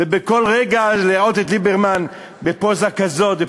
בכל רגע להראות את ליברמן בפוזה כזאת,